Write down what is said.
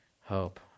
hope